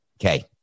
Okay